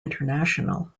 international